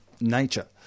nature